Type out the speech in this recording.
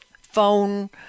phone